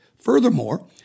Furthermore